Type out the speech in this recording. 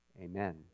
Amen